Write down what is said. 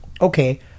okay